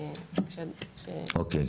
אוקיי.